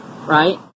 Right